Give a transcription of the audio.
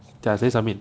等谁 submit